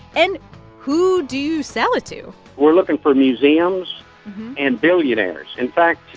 and who do you sell it to? we're looking for museums and billionaires. in fact.